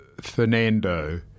Fernando